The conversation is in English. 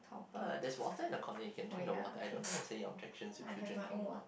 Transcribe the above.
[huh] there's water in the corner you can drink the water I don't think there's any objection with you drinking the water